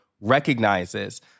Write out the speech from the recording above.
recognizes